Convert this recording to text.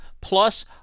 Plus